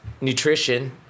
Nutrition